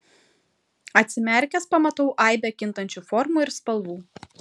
atsimerkęs pamatau aibę kintančių formų ir spalvų